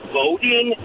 voting